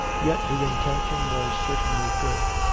yet the inten tion was certainly good,